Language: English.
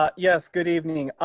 ah yes, good evening.